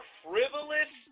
frivolous